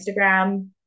instagram